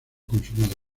consumado